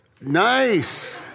nice